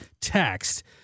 text